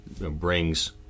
brings